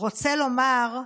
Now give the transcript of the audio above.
"רוצה לומר",